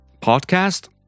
podcast